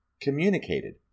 communicated